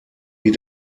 wie